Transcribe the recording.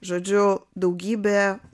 žodžiu daugybė